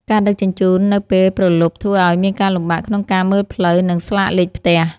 ការដឹកជញ្ជូននៅពេលព្រលប់ធ្វើឱ្យមានការលំបាកក្នុងការមើលផ្លូវ និងស្លាកលេខផ្ទះ។